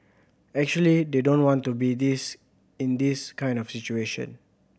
actually they don't want to be this in this kind of situation